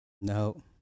no